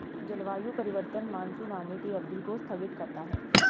जलवायु परिवर्तन मानसून आने की अवधि को स्थगित करता है